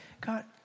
God